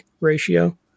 ratio